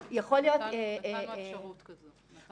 נתנו אפשרות כזאת.